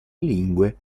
lingue